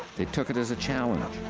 they took it as a challenge.